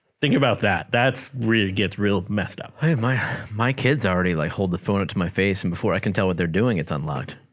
thinking about that that's really gets real messed up i have my my kids already like hold the phone up to my face and before i can tell what they're doing it's unlocked